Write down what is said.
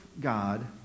God